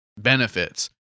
benefits